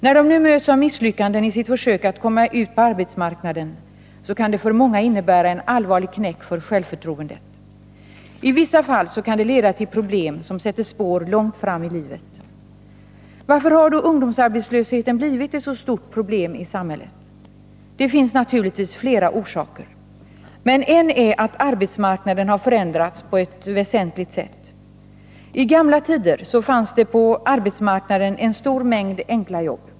När de nu möts av misslyckanden i sitt försök att komma in på arbetsmarknaden, så kan det för många innebära en allvarlig knäck för självförtroendet. I vissa fall så kan det leda till problem som sätter spår långt fram i livet. Varför har nu ungdomsarbetslösheten blivit ett så stort problem i samhället? Det finns naturligtvis flera orsaker. Men en är att arbetsmarknaden har förändrats på ett väsentligt sätt. I gamla tider fanns det på arbetsmarknaden en stor mängd enkla jobb.